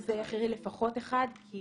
לפחות אחד כי